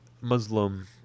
Muslim